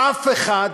אף אחד,